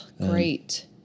great